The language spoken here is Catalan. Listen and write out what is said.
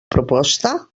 proposta